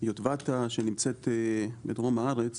יוטבתה שנמצאת בדרום הארץ